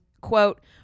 quote